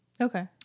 Okay